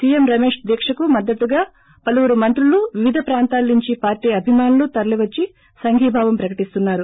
CM Ramesh దీక్షకు మద్దతుగా పలువురు మంత్రులు వివిధ ప్రాంతాల నుంచి పార్టీ అభిమానులు తరలీవచ్చి సంఘీభావం ప్రకటిస్తున్నారు